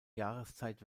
jahreszeit